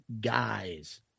guys